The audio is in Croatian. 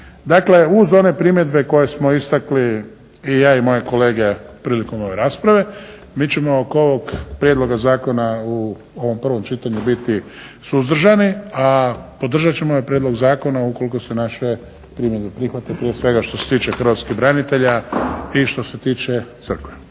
Dakle, uz one primjedbe koje smo istakli i ja i moje kolege prilikom ove rasprave mi ćemo oko ovog prijedloga zakona u ovom prvom čitanju biti suzdržani, a podržat ćemo ovaj prijedlog zakona ukoliko se naše primjedbe prihvate prije svega što se tiče hrvatskih branitelja i što se tiče crkve.